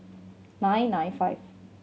nine nine five